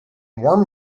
warm